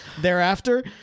thereafter